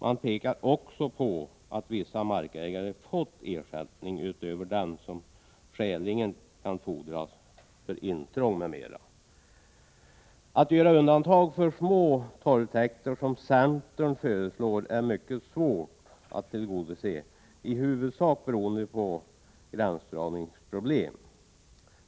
Man pekar också på att vissa markägare fått ersättning utöver den som skäligen kan fordras för intrång, m.m. Undantag för små torvtäkter, som centern föreslår, är mycket svårt att tillgodose, i huvudsak beroende på gränsdragningsproblem.